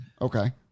Okay